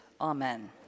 Amen